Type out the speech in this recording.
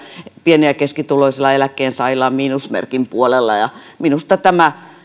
pieni ja keskituloisilla eläkkeensaajilla on miinusmerkin puolella minusta tämä